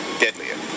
deadlier